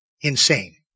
insane